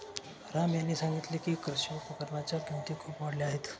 राम यांनी सांगितले की, कृषी उपकरणांच्या किमती खूप वाढल्या आहेत